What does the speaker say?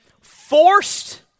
forced